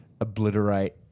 Obliterate